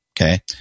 Okay